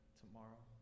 tomorrow